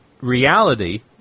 reality